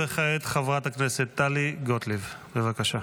כעת חברת הכנסת טלי גוטליב, בבקשה.